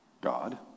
God